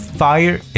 fire